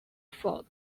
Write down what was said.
ford